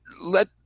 let